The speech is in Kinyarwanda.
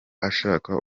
ashaka